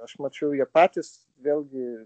aš mačiau jie patys vėlgi